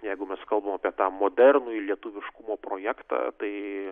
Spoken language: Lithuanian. jeigu mes kalbam apie tą modernujį lietuviškumo projektą tai